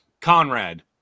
conrad